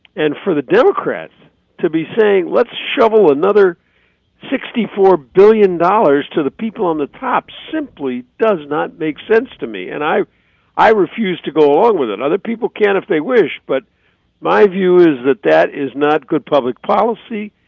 and for the democrats to be saying let's shovel another sixty four billion dollars to the people on the top simply does not make sense to me, and i i refuse to go along with other people can if they wish, but my view is that that is not good public policy,